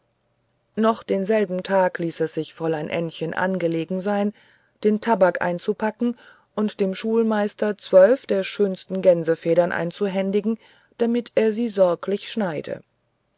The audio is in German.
noch denselben tag ließ es sich fräulein ännchen angelegen sein den tabak einzupacken und dem schulmeister zwölf der schönsten gänsefedern einzuhändigen damit er sie sorglich schneide